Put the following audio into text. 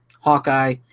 Hawkeye